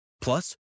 Plus